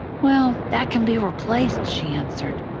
well, that can be replaced, she answered.